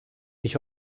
ich